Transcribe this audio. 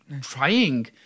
trying